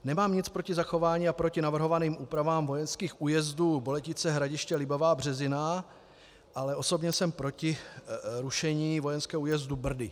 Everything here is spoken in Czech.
Nemám nic proti zachování a proti navrhovaným úpravám vojenských újezdů Boletice, Hradiště, Libavá, Březina, ale osobně jsem proti rušení vojenského újezdu Brdy.